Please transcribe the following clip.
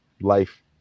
life